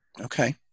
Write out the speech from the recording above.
okay